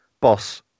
boss